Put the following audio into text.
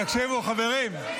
תקשיבו, תקשיבו, חברים.